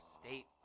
state